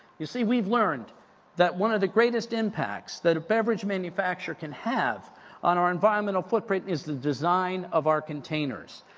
you see, we've learned that one of the greatest impacts that a beverage manufacturer can have on our environmental footprint is the design of our containers.